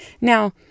Now